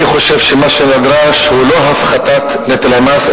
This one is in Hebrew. אני חושב שמה שנדרש הוא לא הפחתת נטל המס,